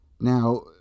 Now